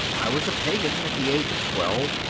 i was a pagan at the age of twelve,